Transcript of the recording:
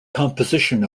composition